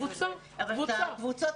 קבוצה, קבוצה.